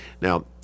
Now